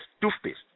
toothpaste